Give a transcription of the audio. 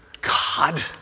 God